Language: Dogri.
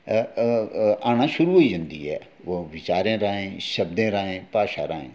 अ अ आना शुरू होई जंदी ऐ ओह् बिचारें राहें शब्दें राहें भाशा राहें